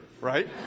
right